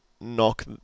knock